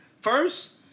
First